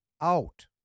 out